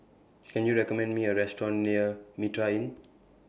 Can YOU recommend Me A Restaurant near Mitraa Inn